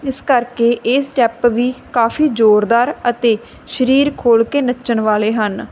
ਇਸ ਕਰਕੇ ਇਹ ਸਟੈਪ ਵੀ ਕਾਫੀ ਜ਼ੋਰਦਾਰ ਅਤੇ ਸਰੀਰ ਖੋਲ੍ਹ ਕੇ ਨੱਚਣ ਵਾਲੇ ਹਨ